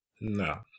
No